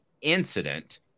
incident